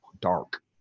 dark